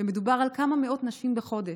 ומדובר על כמה מאות נשים בחודש,